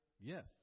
yes